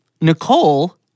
Nicole